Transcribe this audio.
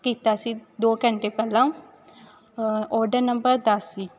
ਕੀਤਾ ਸੀ ਦੋ ਘੰਟੇ ਪਹਿਲਾਂ ਔਡਰ ਨੰਬਰ ਦਸ ਸੀ